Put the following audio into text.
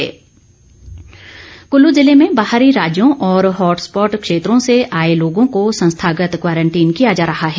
containment Kullu ज़िले में बाहरी राज्यों और हॉटस्पॉट क्षेत्रों से आए लोगों को संस्थागत क्वारंटीन किया जा रहा है